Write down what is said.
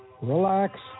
relax